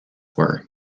were